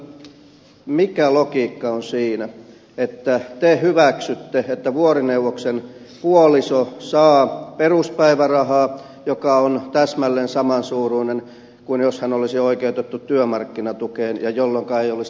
kerropa minulle mikä logiikka on siinä että te hyväksytte että vuorineuvoksen puoliso saa peruspäivärahaa joka on täsmälleen samansuuruinen kuin jos hän olisi oikeutettu työmarkkinatukeen ja jolloinka ei olisi tarveharkintaa